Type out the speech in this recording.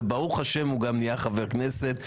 וברוך השם, הוא גם נהיה חבר כנסת.